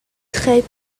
très